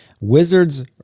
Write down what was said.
wizard's